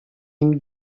yirmi